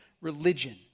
religion